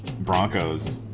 Broncos